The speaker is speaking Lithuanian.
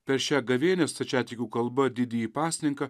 per šią gavėnią stačiatikių kalba didįjį pasninką